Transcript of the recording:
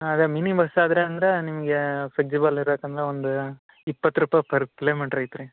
ಹಾಂ ಅದೇ mini bus ಆದರೆ ಅಂದರೆ ನಿಮಗೆ ಫೆಜ್ಜಿಬಲ್ ಇರತ್ತೆ ಅಂದರೆ ಒಂದು ಇಪ್ಪತ್ತು ರೂಪಾಯಿ ಪರ್ ಕಿಲೋಮಿಟ್ರ್ ಐತ್ ರೀ